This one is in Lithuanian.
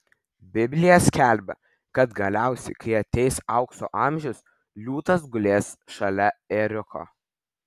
biblija skelbia kad galiausiai kai ateis aukso amžius liūtas gulės šalia ėriuko